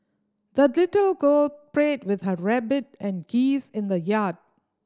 the little girl played with her rabbit and geese in the yard